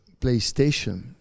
PlayStation